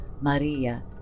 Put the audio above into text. Maria